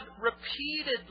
repeatedly